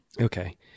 Okay